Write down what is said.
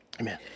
Amen